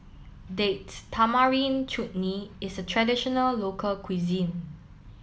dates Tamarind Chutney is a traditional local cuisine